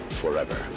forever